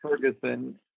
Ferguson